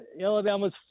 Alabama's